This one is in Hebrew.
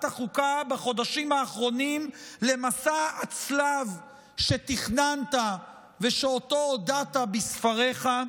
החוקה בחודשים האחרונים למסע הצלב שתכננת ושעליו הודעת בספריך.